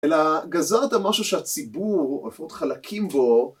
אלא גזרת משהו שהציבור, לפחות חלקים בו